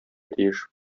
тиеш